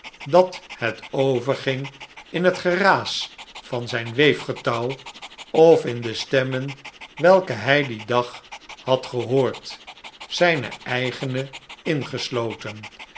dat het overging in het geraas van zijn weefgetouw of in de stemmen welke hij dien dag had gehoord zijne eigene ingesloten